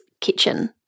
kitchen